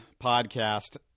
podcast